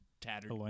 tattered